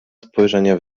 spojrzenie